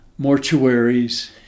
mortuaries